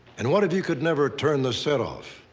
and what if you could never turn the set off?